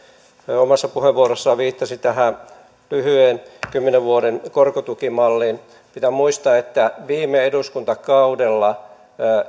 omassa puheenvuorossaan viittasi tähän lyhyeen kymmenen vuoden korkotukimalliin pitää muistaa että viime eduskuntakaudella